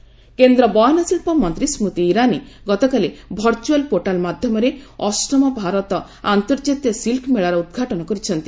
ସ୍ମତି ଇରାନୀ କେନ୍ଦ୍ର ବୟନଶିଳ୍ପ ମନ୍ତ୍ରୀ ସ୍କତି ଇରାନୀ ଗତକାଲି ଭର୍ଚ୍ୟୁଆଲ ପୋର୍ଟାଲ ମାଧ୍ୟମରେ ଅଷ୍ଟମ ଭାରତ ଅନ୍ତର୍କାତୀୟ ସିକ୍କ ମେଳାର ଉଦ୍ଘାଟନ କରିଛନ୍ତି